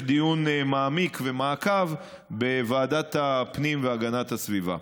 דיון מעמיק ומעקב בוועדת הפנים והגנת הסביבה.